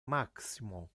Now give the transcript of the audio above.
maximo